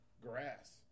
grass